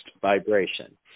vibration